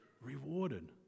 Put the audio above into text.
rewarded